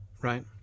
right